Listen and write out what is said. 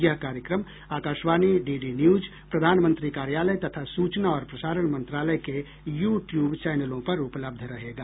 यह कार्यक्रम Akashvani DD News प्रधानमंत्री कार्यालय तथा सूचना और प्रसारण मंत्रालय के यू ट्यूब चैनलों पर उपलब्ध रहेगा